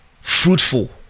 fruitful